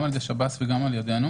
גם על-ידי שב"ס וגם על-ידינו